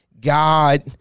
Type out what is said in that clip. God